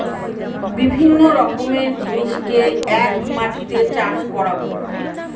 বিভিন্ন রকমের জিনিসকে এক মাটিতে চাষ করাবো